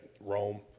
Rome